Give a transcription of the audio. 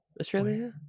Australia